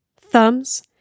Thumbs